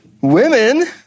Women